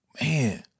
man